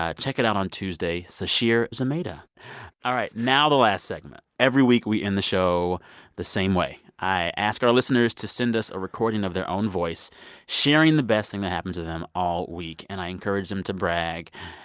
ah check it out on tuesday. sasheer zamata all right. now the last segment. every week, we end the show the same way. i ask our listeners to send us a recording of their own voice sharing the best thing that happened to them all week. and i encourage them to brag.